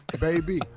Baby